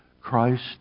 Christ